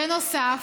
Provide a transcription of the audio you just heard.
בנוסף,